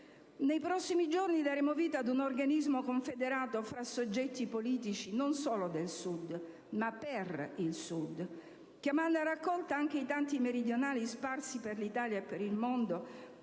Nei prossimi giorni daremo vita ad un organismo confederato fra soggetti politici non solo del Sud, ma per il Sud, chiamando a raccolta anche i tanti meridionali sparsi per l'Italia e per il mondo